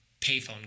payphone